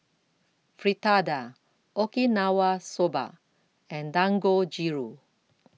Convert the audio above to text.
Fritada Okinawa Soba and Dangojiru